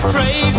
Pray